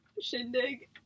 shindig